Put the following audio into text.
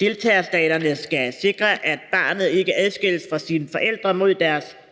Deltagerstaterne skal sikre, at barnet ikke adskilles fra sine forældre mod deres